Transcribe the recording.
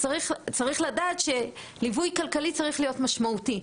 צריך לדעת שליווי כלכלי צריך להיות משמעותי,